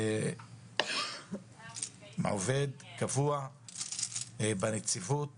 עובד קבוע בנציבות